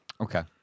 Okay